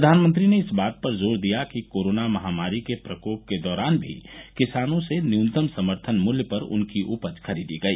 प्रधानमंत्री ने इस बात पर जोर दिया कि कोरोना महामारी के प्रकोप के दौरान भी किसानों से न्यूनतम समर्थन मूल्य पर उनकी उपज खरीदी गई